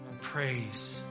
praise